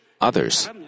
others